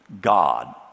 God